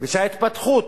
וההתפתחות